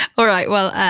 all right. well,